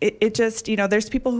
it just you know there's people